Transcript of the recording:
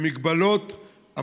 במגבלות,